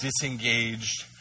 disengaged